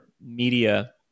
media